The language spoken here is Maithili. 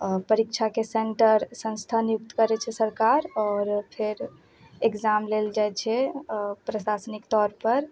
परीक्षाके से करै छै सरकार आओर फेर एग्जाम लेल जाइ छै प्रशासनिक तौर पर